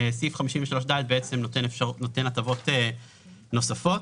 סעיף 53ד נותן הטבות נוספות.